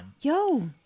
Yo